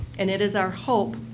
and it is our hope